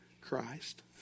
Christ